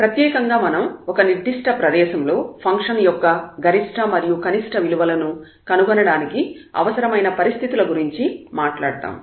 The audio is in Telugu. ప్రత్యేకంగా మనం ఒక నిర్దిష్ట ప్రదేశం డొమైన్ Domain లో ఫంక్షన్ యొక్క గరిష్ట మరియు కనిష్ట విలువలను కనుగొనడానికి అవసరమైన పరిస్థితుల గురించి మాట్లాడుతాము